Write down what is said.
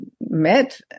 met